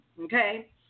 Okay